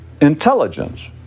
intelligence